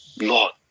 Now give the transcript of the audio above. Lord